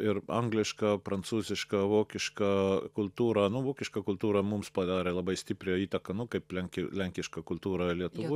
ir angliška prancūziška vokiška kultūra nu vokiška kultūra mums padarė labai stiprią įtaką nu kaip lenki lenkišką kultūra lietuvoj